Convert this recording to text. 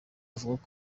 avuga